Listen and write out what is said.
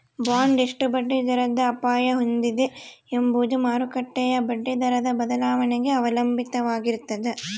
bond ಎಷ್ಟು ಬಡ್ಡಿದರದ ಅಪಾಯ ಹೊಂದಿದೆ ಎಂಬುದು ಮಾರುಕಟ್ಟೆಯ ಬಡ್ಡಿದರದ ಬದಲಾವಣೆಗೆ ಅವಲಂಬಿತವಾಗಿರ್ತದ